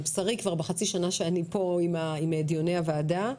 בשרי כבר בחצי שנה שאני פה עם דיוני הוועדה,